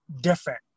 different